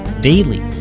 daily.